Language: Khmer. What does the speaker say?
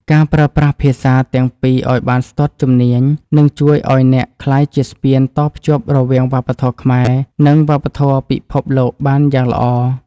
ការប្រើប្រាស់ភាសាទាំងពីរឱ្យបានស្ទាត់ជំនាញនឹងជួយឱ្យអ្នកក្លាយជាស្ពានតភ្ជាប់រវាងវប្បធម៌ខ្មែរ និងវប្បធម៌ពិភពលោកបានយ៉ាងល្អ។